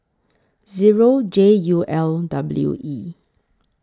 Zero J U L W E